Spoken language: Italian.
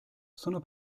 sono